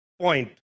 point